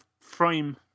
frame